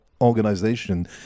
Organization